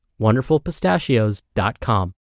wonderfulpistachios.com